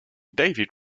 davis